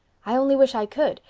i only wish i could,